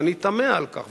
ואני תמה על כך.